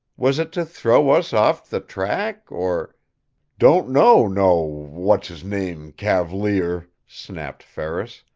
was it to throw us off the track or don't know no what's-his-name cav'lier! snapped ferris.